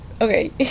Okay